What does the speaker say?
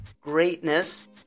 Greatness